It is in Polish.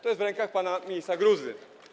To jest w rękach pana ministra Gruzy.